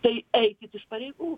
tai eikit iš pareigų